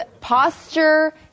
posture